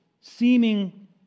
seeming